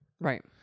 Right